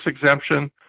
exemption